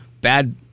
bad